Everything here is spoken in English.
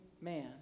man